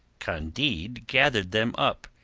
candide gathered them up,